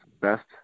best